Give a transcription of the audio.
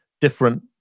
different